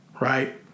right